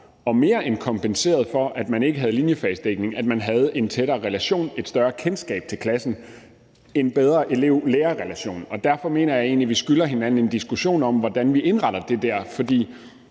og mere end kompenseret for, at man ikke havde linjefagsdækning, at man havde en tættere relation, et større kendskab til klassen, en bedre elev-lærer-relation, og derfor mener jeg egentlig, vi skylder hinanden en diskussion om, hvordan vi indretter det der. For